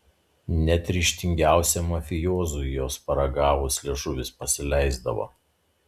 net ryžtingiausiam mafiozui jos paragavus liežuvis pasileisdavo